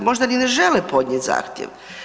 Možda ni ne žele podnijeti zahtjev.